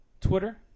Twitter